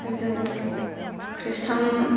जों ख्रिस्टान